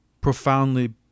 profoundly